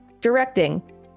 Directing